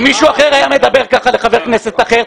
אם מישהו אחר היה מדבר כך לחבר כנסת אחר,